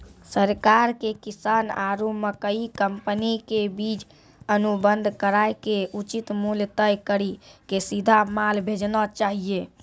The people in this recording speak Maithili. सरकार के किसान आरु मकई कंपनी के बीच अनुबंध कराय के उचित मूल्य तय कड़ी के सीधा माल भेजना चाहिए?